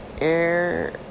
Air